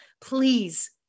Please